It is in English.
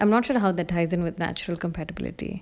I'm not sure how that ties in with natural compatibility